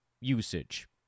usage